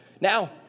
Now